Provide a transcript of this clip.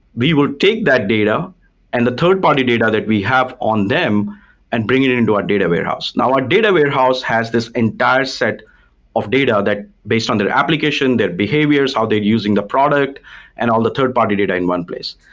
we will take that data and the third-party data that we have on them and bring it it into our data warehouse now our data warehouse has this entire set of data that based on their application, their behaviors, how they're using the product and all the third party data in one place.